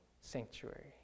sanctuary